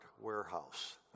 warehouse